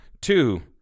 Two